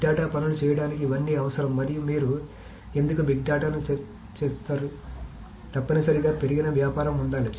big data పనులు చేయడానికి ఇవన్నీ అవసరం మరియు మీరు ఎందుకు బిగ్ డేటాను చేస్తారు తప్పనిసరిగా పెరిగిన వ్యాపారం ఉండాలి